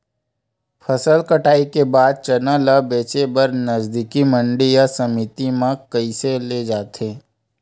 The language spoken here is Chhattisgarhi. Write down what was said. फसल कटाई के बाद चना ला बेचे बर नजदीकी मंडी या समिति मा कइसे ले जाथे?